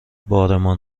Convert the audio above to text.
بارمان